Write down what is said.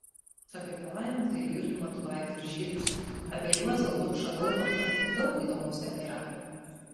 apie palaimintąjį jurgį matulaitį ir žydus apie juozą lukšą daumantą daug įdomaus ten yra